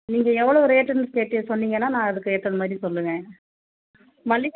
நீங்கள் எவ்வளவு ரேட்டுன்னு கேட்டு சொன்னீங்கன்னால் நான் அதுக்கு ஏற்ற மாதிரி சொல்லுவேன் மல்லிகைப்பூ